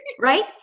Right